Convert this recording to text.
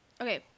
okay